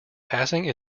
passing